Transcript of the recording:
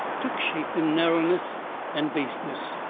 took shape in narrowness and baseness.